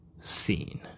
seen